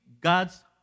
God's